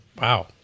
Wow